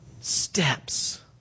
steps